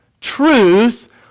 Truth